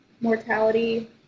mortality